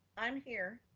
i'm here.